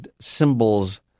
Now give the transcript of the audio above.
symbols